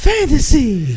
Fantasy